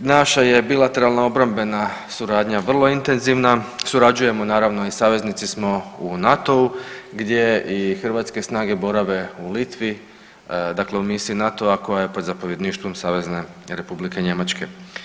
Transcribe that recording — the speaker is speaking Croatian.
Naša je bilateralna obrambena suradnja vrlo intenzivna, surađujemo naravno i saveznici smo u NATO-u, gdje i hrvatske snage borave u Litvi, dakle u misiji NATO-a koja je pod zapovjedništvom SR Njemačke.